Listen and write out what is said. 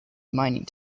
mining